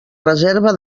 reserva